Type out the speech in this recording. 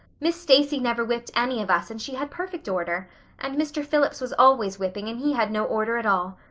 miss stacy never whipped any of us and she had perfect order and mr. phillips was always whipping and he had no order at all.